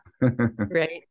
right